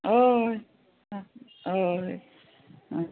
हय